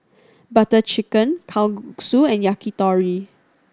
Butter Chicken Kalguksu and Yakitori